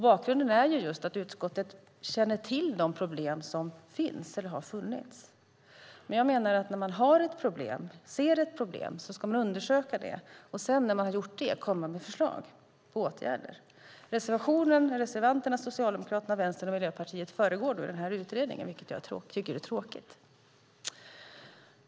Bakgrunden är just att utskottet känner till de problem som har funnits. Men jag menar att när man ser ett problem ska man undersöka det och sedan komma med förslag på åtgärder. Reservanterna från Socialdemokraterna, Vänstern och Miljöpartiet föregår då denna utredning, vilket jag tycker är tråkigt.